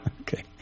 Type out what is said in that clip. okay